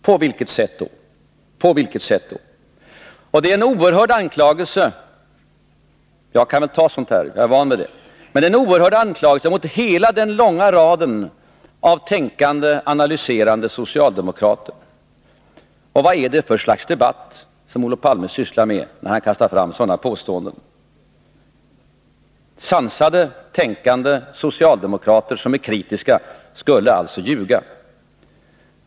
På vilket sätt då? Jag kan ta sådant här, jag är van vid det, men det är en oerhörd anklagelse även mot hela den långa rad av tänkande, analyserande socialdemokrater. Vad är det för slags debatt Olof Palme sysslar med, när han kastar fram sådana påståenden? Sansade, tänkande socialdemokrater som är kritiska skulle alltså ljuga!